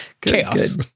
Chaos